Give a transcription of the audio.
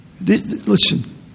Listen